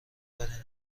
بدی